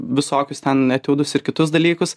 visokius ten etiudus ir kitus dalykus